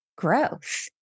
Growth